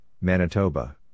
Manitoba